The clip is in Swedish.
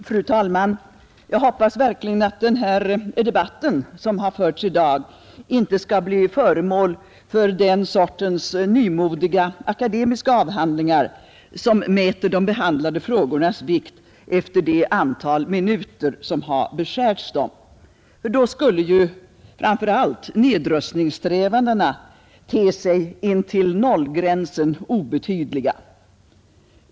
Fru talman! Jag hoppas verkligen att den debatt som förts här i dag inte skall bli föremål för den sorts nymodiga akademiska avhandlingar som mäter de behandlade frågornas vikt efter det antal minuter som har beskärts dem, Då skulle ju framför allt nedrustningssträvandena te sig intill nollgränsen obetydliga.